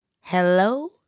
hello